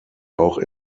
auch